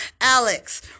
Alex